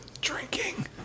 Drinking